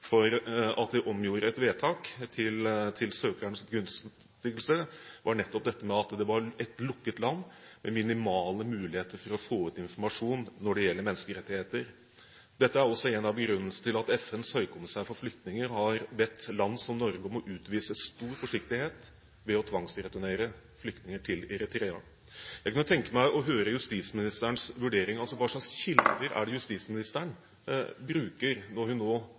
for at de omgjorde vedtaket til søkerens begunstigelse, var nettopp dette med at det var et lukket land med minimale muligheter for å få ut informasjon når det gjelder menneskerettigheter. Dette er også en av begrunnelsene for at FNs høykommissær for flyktninger har bedt land som Norge om å utvise stor forsiktighet med å tvangsreturnere flyktninger til Eritrea. Jeg kunne tenke meg å høre justisministerens vurdering, altså hva slags kilder det er justisministeren bruker når hun nå